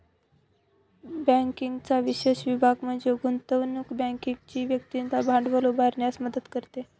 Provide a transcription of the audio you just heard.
बँकिंगचा विशेष विभाग म्हणजे गुंतवणूक बँकिंग जी व्यक्तींना भांडवल उभारण्यास मदत करते